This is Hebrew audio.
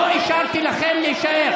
לא אישרתי לכם להישאר.